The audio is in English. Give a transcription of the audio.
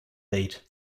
date